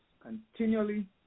continually